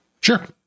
sure